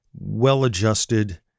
well-adjusted